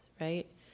right